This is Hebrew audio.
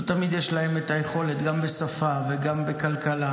לא תמיד יש להם את היכולת, גם בשפה וגם בכלכלה,